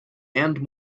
and